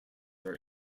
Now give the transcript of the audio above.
are